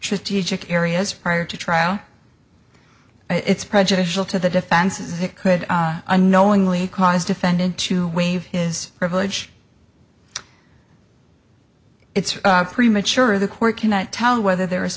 dziedzic areas prior to trial it's prejudicial to the defense is it could unknowingly cause defendant to waive his privilege it's premature the court cannot tell whether there is